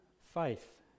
faith